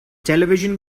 television